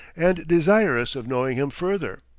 and desirous of knowing him further.